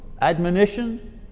admonition